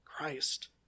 Christ